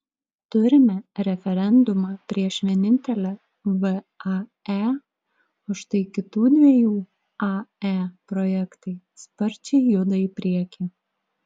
turime referendumą prieš vienintelę vae o štai kitų dviejų ae projektai sparčiai juda į priekį